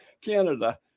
Canada